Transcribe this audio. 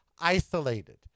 isolated